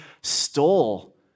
stole